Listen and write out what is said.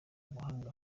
buhamya